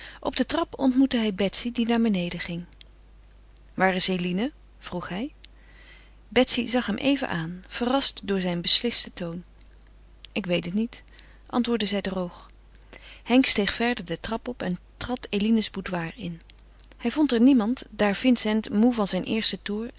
op de trap ontmoette hij betsy die naar beneden ging waar is eline vroeg hij betsy zag hem even aan verrast door zijn beslisten toon ik weet het niet antwoordde zij droog henk steeg verder de trap op en trad eline's boudoir in hij vond er niemand daar vincent moede van zijn eersten toer